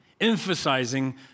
emphasizing